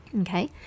Okay